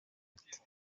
ati